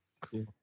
cool